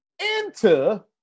Enter